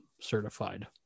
certified